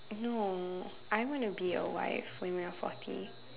no I want to be a wife when I am forty